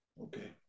Okay